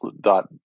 dot